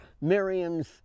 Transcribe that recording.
Miriam's